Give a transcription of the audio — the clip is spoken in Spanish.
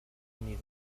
unido